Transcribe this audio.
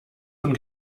von